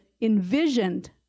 envisioned